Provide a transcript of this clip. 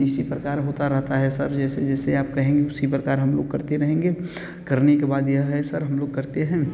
इसी प्रकार होता रहता है सब जैसे जैसे आप कहेंगे उसी प्रकार हम लोग करते रहेंगे करने के बाद यह है सर हम लोग करते हैं